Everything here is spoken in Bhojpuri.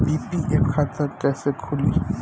पी.पी.एफ खाता कैसे खुली?